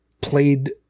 played –